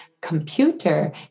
computer